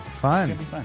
fun